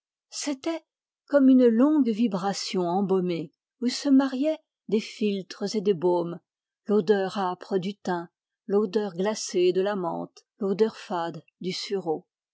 c'était comme une longue vibration embaumée où se mariaient des philtres et des baumes l'odeur âpre du thym l'odeur glacée de la menthe l'odeur fade du sureau